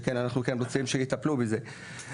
שכן אנחנו כן רוצים שיטפלו בזה.